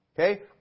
Okay